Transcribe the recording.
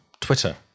Twitter